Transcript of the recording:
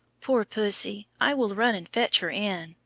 poor pussy, i will run and fetch her in.